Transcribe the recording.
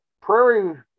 Prairie